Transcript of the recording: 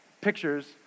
pictures